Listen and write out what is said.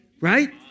right